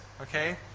okay